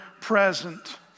present